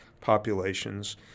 populations